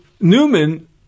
Newman